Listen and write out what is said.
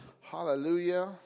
Hallelujah